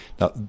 Now